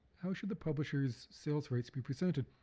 how should the publishers sales rights be presented?